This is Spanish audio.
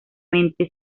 mente